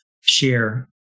share